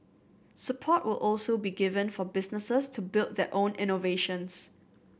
support will also be given for businesses to build their own innovations